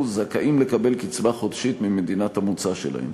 זכאים לקבל קצבה חודשית ממדינת המוצא שלהם.